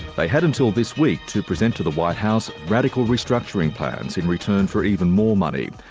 they had until this week to present to the white house radical restructuring plans in return for even more money.